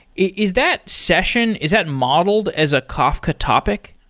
is that session, is that modeled as a kafka topic?